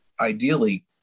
ideally